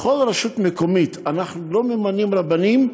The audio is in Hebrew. בכל רשות מקומית אנחנו לא ממנים רבנים,